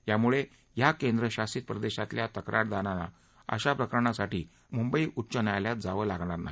याम्ळे या केंद्रशासित प्रदेशातल्या तक्रारदारांना अशा प्रकरणासाठी मुंबई उच्च न्यायालयात जावे लागणार नाही